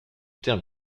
terme